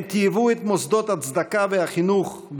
הם תיעבו את מוסדות הצדקה והחינוך,